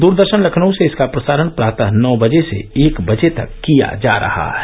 दूरदर्शन लखनऊ से इसका प्रसारण प्रातः नौ से एक बजे तक किया जा रहा है